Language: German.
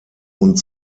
und